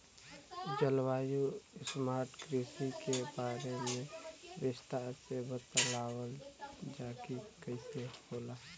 जलवायु स्मार्ट कृषि के बारे में विस्तार से बतावल जाकि कइसे होला?